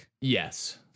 Yes